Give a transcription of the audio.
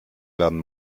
werden